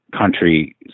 Country